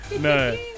no